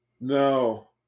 No